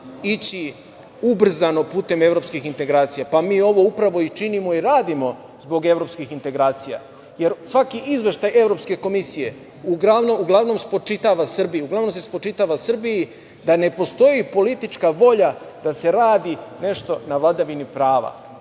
ići ubrzano putem evropskim integracija, pa mi ovo upravo i činimo i radimo zbog evropskih integracija. Svaki izveštaj Evropske komisije uglavnom spočitava Srbiji, uglavnom se spočitava Srbiji da ne postoji politička volja da se radi nešto na vladavini prava. Ovim